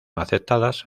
aceptadas